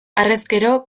harrezkero